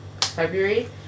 February